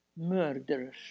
murderers